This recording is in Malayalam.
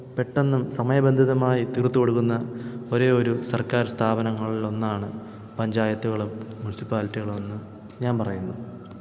പെട്ടെന്നും സമയബന്ധിതമായി തീർത്തു കൊടുക്കുന്ന ഒരേയൊരു സർക്കാർ സ്ഥാപനങ്ങളിലൊന്നാണ് പഞ്ചായത്തുകളും മുൻസിപ്പാലിറ്റികളുമെന്നു ഞാൻ പറയുന്നു